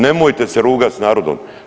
Nemojte se rugat sa narodom.